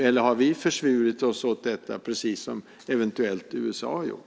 Eller har vi försvurit oss åt detta, precis som eventuellt USA har gjort?